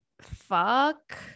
fuck